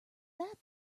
that